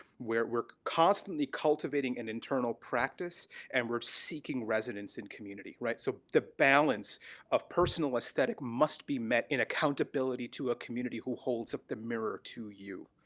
where we're constantly cultivating an internal practice and we're seeking residents in community, right? so the balance of personal aesthetic must be met in accountability to a community who holds up the mirror to you,